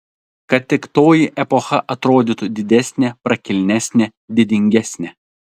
kad tik toji epocha atrodytų didesnė prakilnesnė didingesnė